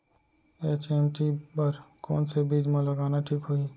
HMT बर कौन से बीज मा लगाना ठीक होही?